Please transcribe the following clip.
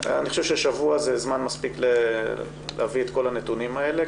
אני חושב ששבוע זה מספיק זמן להביא את כל הנתונים האלה,